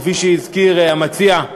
כפי שהזכיר המציע,